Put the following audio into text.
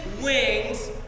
wings